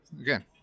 again